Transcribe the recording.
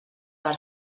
per